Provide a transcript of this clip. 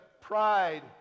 pride